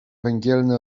węgielny